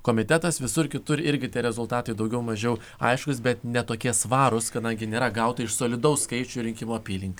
komitetas visur kitur irgi tie rezultatai daugiau mažiau aiškūs bet ne tokie svarūs kadangi nėra gauta iš solidaus skaičių rinkimų apylinkių